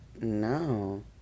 no